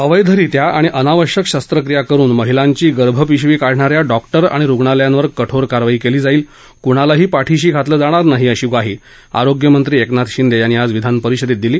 अवैधरित्या आणि अनावश्यक शस्त्रक्रिया करून महिलांची गर्भपिशवी काढणाऱ्या डॉक्टर आणि रुग्णालयांवर कठोर कारवाई केली जाईल कुणालाही पाठीशी घातलं जाणार नाही अशी ग्वाही आरोग्यमंत्री एकनाथ शिंदे यांनी आज विधानपरिषदेत दिली